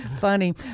funny